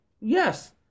Yes